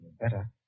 better